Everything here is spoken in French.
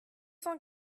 cent